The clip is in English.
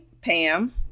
pam